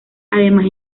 además